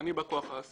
ואני בא כוח הסיעה.